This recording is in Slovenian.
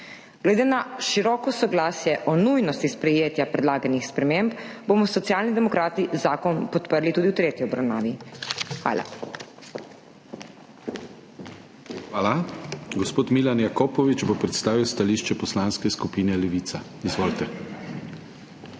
Glede na široko soglasje o nujnosti sprejetja predlaganih sprememb bomo Socialni demokrati zakon podprli tudi v tretji obravnavi. Hvala. PODPREDSEDNIK DANIJEL KRIVEC: Hvala. Gospod Milan Jakopovič bo predstavil stališče Poslanske skupine Levica. Izvolite. MILAN